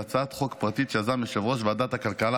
שהיא הצעת חוק פרטית שיזם יושב-ראש ועדת הכלכלה,